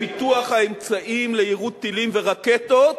בפיתוח האמצעים ליירוט טילים ורקטות,